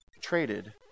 traded